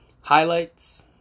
highlights